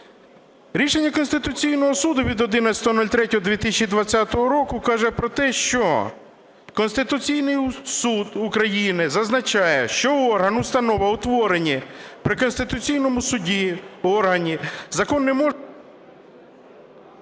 Рішення Конституційного Суду від 11.03.2020 року каже про те, що Конституційний Суд України зазначає, що орган, установа, утворені при Конституційному Суді, органі, закон…